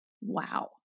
Wow